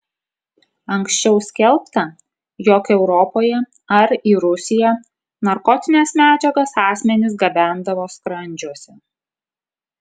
anksčiau skelbta jog europoje ar į rusiją narkotines medžiagas asmenys gabendavo skrandžiuose